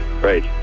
right